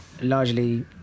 largely